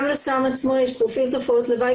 גם לסם עצמו יש פרופיל תופעות לוואי,